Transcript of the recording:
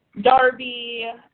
Darby